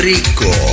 Rico